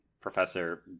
professor